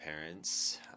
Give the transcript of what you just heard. parents